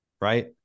right